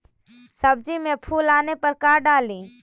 सब्जी मे फूल आने पर का डाली?